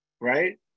right